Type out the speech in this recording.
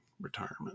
retirement